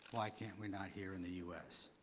why can we not here in the u s?